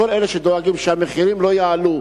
כל אלה שדואגים אם המחירים יעלו,